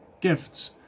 gifts